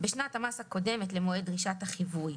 בשנת המס הקודמת למועד דרישת החיווי,